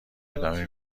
ادامه